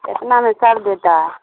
اتنا میں کر دیتا ہے